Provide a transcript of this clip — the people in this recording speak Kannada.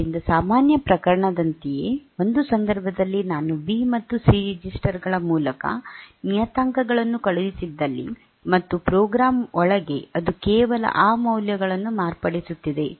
ಆದ್ದರಿಂದ ಸಾಮಾನ್ಯ ಪ್ರಕರಣದಂತೆಯೇ ಒಂದು ಸಂದರ್ಭದಲ್ಲಿ ನಾನು ಬಿ ಮತ್ತು ಸಿ ರೆಜಿಸ್ಟರ್ ಗಳ ಮೂಲಕ ನಿಯತಾಂಕಗಳನ್ನು ಕಳುಹಿಸಿದ್ದಲ್ಲಿ ಮತ್ತು ಪ್ರೋಗ್ರಾಂ ಒಳಗೆ ಅದು ಕೇವಲ ಆ ಮೌಲ್ಯಗಳನ್ನು ಮಾರ್ಪಡಿಸುತ್ತಿದೆ